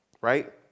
right